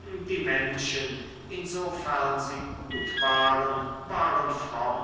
die menschen insofern sie gut waren waren fromm